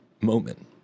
moment